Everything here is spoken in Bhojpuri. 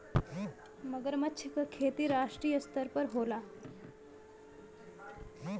मगरमच्छ क खेती अंतरराष्ट्रीय स्तर पर होला